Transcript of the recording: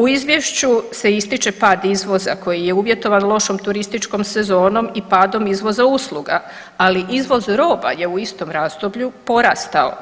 U izvješću se ističe pad izvoza koji je uvjetovan lošom turističkom sezonom i padom izvoza usluga, ali izvoz roba je u istom razdoblju porastao,